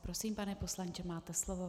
Prosím, pane poslanče, máte slovo.